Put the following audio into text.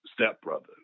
stepbrother